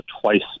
twice